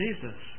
Jesus